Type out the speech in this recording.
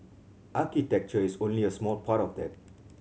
architecture is only a small part of that